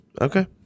Okay